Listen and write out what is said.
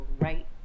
right